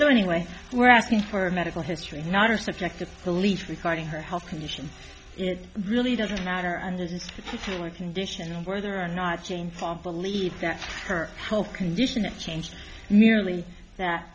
so anyway we're asking for a medical history not a subjective belief regarding her health condition it really doesn't matter under the condition and whether or not jane fonda believes that her health condition is changed merely that